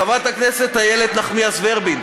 חברת הכנסת איילת נחמיאס ורבין,